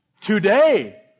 today